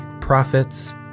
prophets